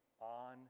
on